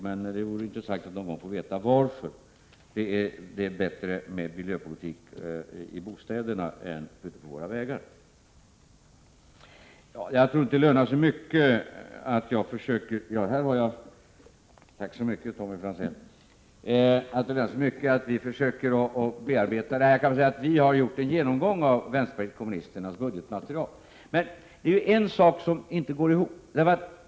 Det vore emellertid intressant att få veta varför det är bättre med miljöpolitik i bostäderna än ute på våra vägar. Tack så mycket, Tommy Franzén, för det exemplar jag fick av vänsterpartiet kommunisternas ekonomisk-politiska motion. Vi har gjort en genomgång av vänsterpartiet kommunisternas budgetmaterial. Men på en punkt går inte era förslag ihop.